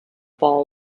ball